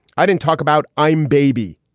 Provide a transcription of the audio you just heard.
i didn't talk about i'm baby.